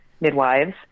midwives